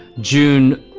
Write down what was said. june,